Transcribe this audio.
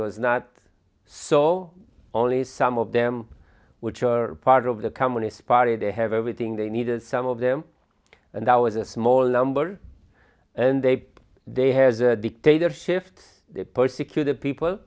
was not so only some of them which are part of the communist party they have everything they needed some of them and that was a small number and they they has a dictator shift the persecuted people